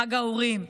חג האורים,